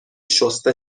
شسته